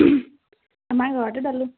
আমাৰ ঘৰতে দালোঁ